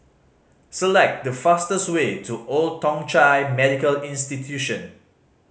select the fastest way to Old Thong Chai Medical Institution